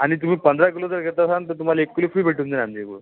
आणि तुम्ही पंधरा किलो जर घेत असाल तर तुम्हाला एक किलो फ्री भेटून जाईल आमच्या इकडून